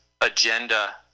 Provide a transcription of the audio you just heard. agenda